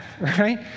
right